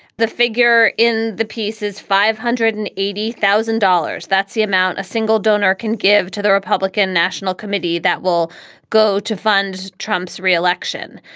the figure in the piece is five hundred and eighty thousand dollars. that's the amount. a single donor can give to the republican national committee that will go to fund trump's re-election.